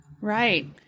Right